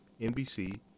NBC